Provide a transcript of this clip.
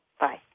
Bye